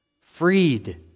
freed